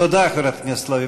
תודה, חברת הכנסת לביא.